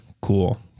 Cool